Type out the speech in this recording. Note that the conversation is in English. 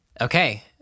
Okay